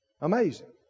Amazing